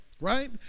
right